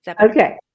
Okay